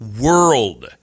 world